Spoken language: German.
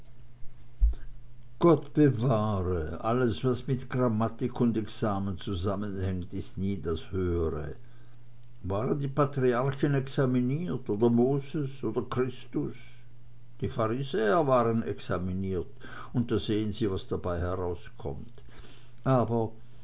gott bewahre alles was mit grammatik und examen zusammenhängt ist nie das höhere waren die patriarchen examiniert oder moses oder christus die pharisäer waren examiniert und da sehen sie was dabei herauskommt aber